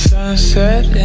Sunset